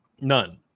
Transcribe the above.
None